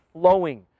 flowing